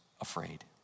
afraid